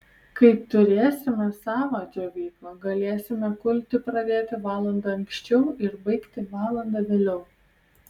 kai turėsime savą džiovyklą galėsime kulti pradėti valanda anksčiau ir baigti valanda vėliau